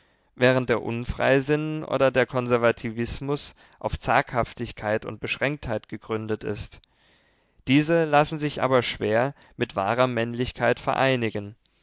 während der unfreisinn oder der konservatismus auf zaghaftigkeit und beschränktheit gegründet ist diese lassen sich aber schwer mit wahrer männlichkeit vereinigen